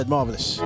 Marvelous